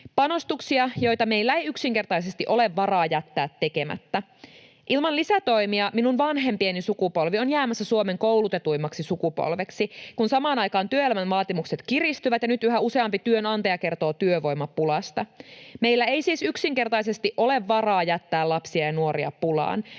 panostuksia, joita meillä ei yksinkertaisesti ole varaa jättää tekemättä. Ilman lisätoimia minun vanhempieni sukupolvi on jäämässä Suomen koulutetuimmaksi sukupolveksi, kun samaan aikaan työelämän vaatimukset kiristyvät ja nyt yhä useampi työnantaja kertoo työvoimapulasta. Meillä ei siis yksinkertaisesti ole varaa jättää lapsia ja nuoria pulaan.